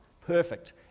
perfect